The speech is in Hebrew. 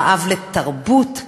רעב לתרבות,